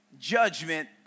judgment